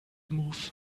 move